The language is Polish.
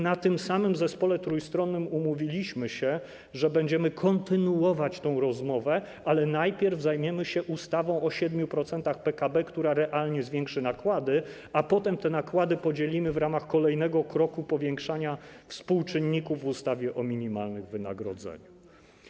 Na tym samym zespole trójstronnym umówiliśmy się, że będziemy kontynuować tę rozmowę, ale najpierw zajmiemy się ustawą o 7% PKB, która realnie zwiększy nakłady, a potem te nakłady podzielimy w ramach kolejnego kroku powiększania współczynników w ustawie o minimalnych wynagrodzeniach.